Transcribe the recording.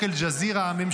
איפה מי?